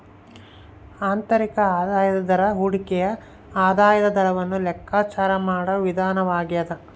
ಆಂತರಿಕ ಆದಾಯದ ದರ ಹೂಡಿಕೆಯ ಆದಾಯದ ದರವನ್ನು ಲೆಕ್ಕಾಚಾರ ಮಾಡುವ ವಿಧಾನವಾಗ್ಯದ